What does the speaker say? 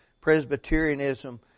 Presbyterianism